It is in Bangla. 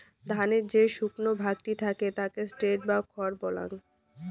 ধানের যে শুকনো ভাগটা থাকে তাকে স্ট্র বা খড় বলাঙ্গ